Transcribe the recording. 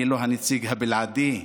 אני לא הנציג הבלעדי.